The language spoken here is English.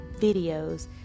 videos